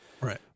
Right